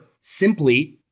simply